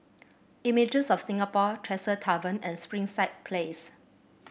Images of Singapore Tresor Tavern and Springside Place